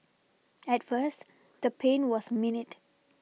at first the pain was minute